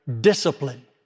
discipline